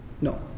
No